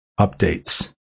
Updates